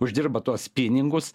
uždirba tuos pinigus